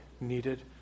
needed